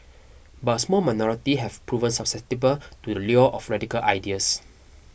but a small minority have proven susceptible to the lure of radical ideas